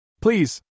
Please